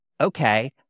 okay